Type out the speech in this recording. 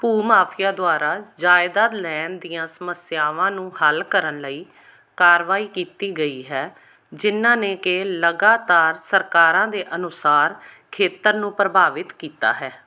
ਭੂ ਮਾਫੀਆ ਦੁਆਰਾ ਜਾਇਦਾਦ ਲੈਣ ਦੀਆਂ ਸਮੱਸਿਆਵਾਂ ਨੂੰ ਹੱਲ ਕਰਨ ਲਈ ਕਾਰਵਾਈ ਕੀਤੀ ਗਈ ਹੈ ਜਿਨ੍ਹਾਂ ਨੇ ਕਿ ਲਗਾਤਾਰ ਸਰਕਾਰਾਂ ਦੇ ਅਨੁਸਾਰ ਖੇਤਰ ਨੂੰ ਪ੍ਰਭਾਵਿਤ ਕੀਤਾ ਹੈ